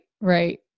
right